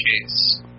case